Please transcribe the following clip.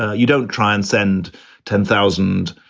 ah you don't try and send ten thousand